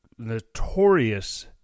notorious